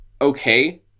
okay